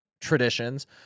traditions